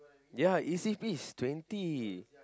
ya easy piece is twenty